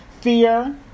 fear